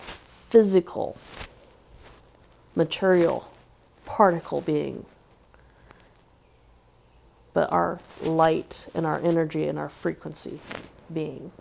physical material particle beings but our light and our energy and our frequencies being